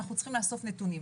אנחנו צריכים לאסוף נתונים,